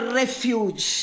refuge